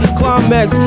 climax